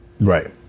Right